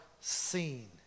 seen